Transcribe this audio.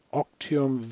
octium